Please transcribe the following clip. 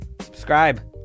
Subscribe